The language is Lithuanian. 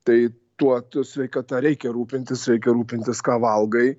tai tuo ta sveikata reikia rūpintis reikia rūpintis ką valgai